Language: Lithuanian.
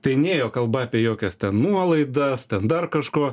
tai nėjo kalba apie jokias nuolaidas ten dar kažko